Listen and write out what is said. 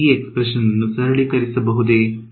ನಾನು ಈ ಎಕ್ಸ್ಪ್ರೇಷನ್ ಅನ್ನು ಸರಳೀಕರಿಸಬಹುದೇ